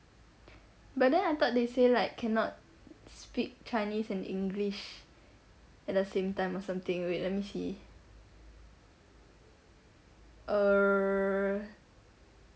but then I thought they say like cannot speak chinese and english at the same time or something wait let me see uh